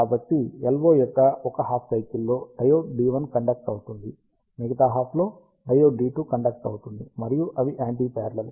కాబట్టి LO యొక్క ఒక హాఫ్ సైకిల్ లో డయోడ్ D1 కండక్ట్ అవుతుంది మిగతా హాఫ్ లో డయోడ్ D2 కండక్ట్ అవుతుంది మరియు అవి యాంటీ పారలల్